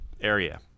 area